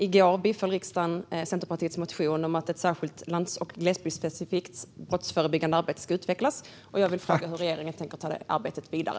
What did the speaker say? I går biföll riksdagen Centerpartiets motion om att ett särskilt lands och glesbygdsspecifikt brottsförebyggande arbete ska utvecklas. Jag vill fråga hur regeringen tänker ta det arbetet vidare.